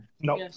No